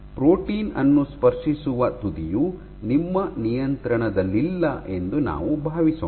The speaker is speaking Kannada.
ಪ್ರೋಟೀನ್ ಅನ್ನು ಸ್ಪರ್ಶಿಸುವ ತುದಿಯು ನಿಮ್ಮ ನಿಯಂತ್ರಣದಲ್ಲಿಲ್ಲ ಎಂದು ನಾವು ಭಾವಿಸೋಣ